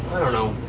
i don't know.